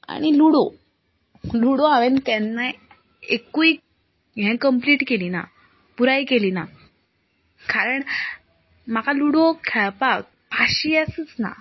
आनी ludo ludo हांवें तेन्नाय एकूय हें कम्पलीट केली ना पुराय केली ना कारण म्हाका लुडो खेळपाक पाशियेंसूच ना